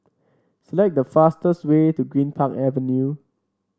select the fastest way to Greenpark Avenue